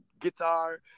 guitar